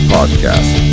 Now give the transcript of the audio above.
Podcast